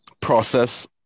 process